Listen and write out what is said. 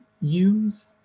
use